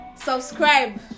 subscribe